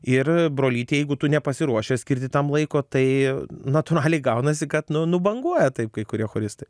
ir brolyti jeigu tu nepasiruošęs skirti tam laiko tai natūraliai gaunasi kad nu nubanguoja taip kai kurie choristai